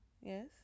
Yes